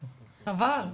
חבל.